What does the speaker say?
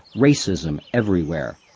racism everywhere.